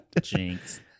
Jinx